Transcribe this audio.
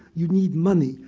you need money.